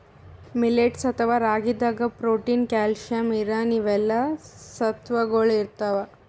millets ಅಥವಾ ರಾಗಿದಾಗ್ protein, calcium, iron ಇವೆಲ್ಲಾ ಸತ್ವಗೊಳ್ ಇರ್ತವ್